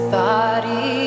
body